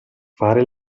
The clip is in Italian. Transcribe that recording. fare